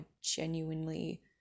genuinely